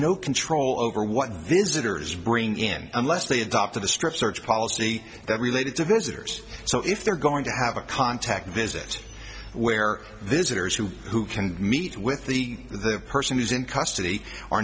no control over what visitors bring in unless they adopted a strip search policy that related to visitors so if they're going to have a contact visit where this sitters who who can meet with the the person who's in custody